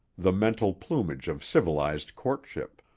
the mental plumage of civilized courtship.